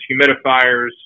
humidifiers